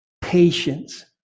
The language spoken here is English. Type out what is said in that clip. patience